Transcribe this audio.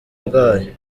bwayo